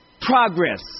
progress